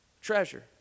Treasure